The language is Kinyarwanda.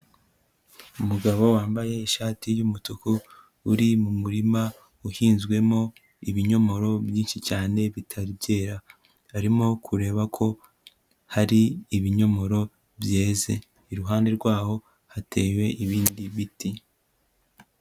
Umugabo wambaye ishati y'umutuku uri mu murima uhinzwemo ibinyomoro byinshi cyane bitari byera, arimo kureba ko hari ibinyomoro byeze, iruhande rwaho hatewe ibindi biti.